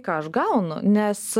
ką aš gaunu nes